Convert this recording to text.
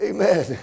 Amen